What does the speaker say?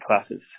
classes